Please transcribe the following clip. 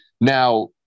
now